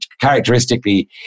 characteristically